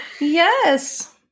Yes